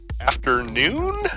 afternoon